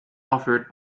offered